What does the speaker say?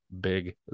Big